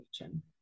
region